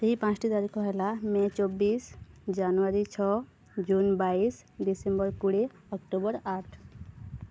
ସେଇ ପାଞ୍ଚଟି ତାରିଖ ହେଲା ମେ ଚବିଶି ଜାନୁଆରୀ ଛଅ ଜୁନ୍ ବାଇଶି ଡ଼ିସେମ୍ବର କୋଡ଼ିଏ ଅକ୍ଟୋବର ଆଠ